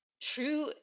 true